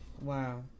Wow